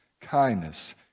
kindness